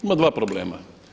Ima dva problema.